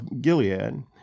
Gilead